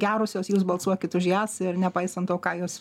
gerosios jūs balsuokit už jas ir nepaisant to ką jos